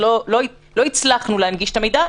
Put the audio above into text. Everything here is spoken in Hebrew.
לא הצלחנו להנגיש את המידע,